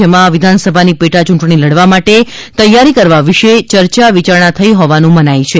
જેમાં વિધાનસભાની પેટા ચૂંટણી લડવા માટે તૈયારી કરવા વિશે ચર્ચા વિચારણા થઈ હોવાનું મનાય છે